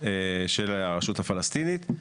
של הרשות הפלסטינית.